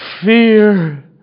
fear